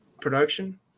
production